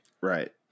Right